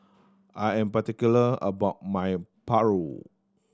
I am particular about my paru